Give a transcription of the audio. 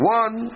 one